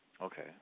Okay